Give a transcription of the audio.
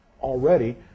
already